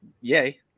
yay